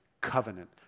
covenant